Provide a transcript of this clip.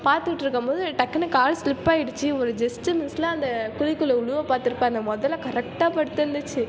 பார்த்துட்டு இருக்கும் போது டக்குனு கால் ஸ்லிப் ஆகிடுச்சி ஒரு ஜஸ்ட் மிஸ்ட்ல அந்த குழிக்குள்ளே விழுவ பார்த்திருப்பேன் அந்த முதல கரெக்டாக படுத்திருந்துச்சு